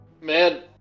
man